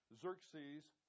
Xerxes